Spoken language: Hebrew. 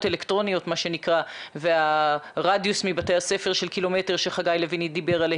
אלקטרוניות והרדיוס של קילומטר אחד מבתי הספר שחגי לוין דיבר,